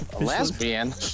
lesbian